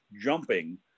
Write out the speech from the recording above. jumping